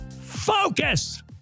Focus